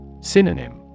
Synonym